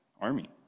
army